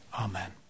amen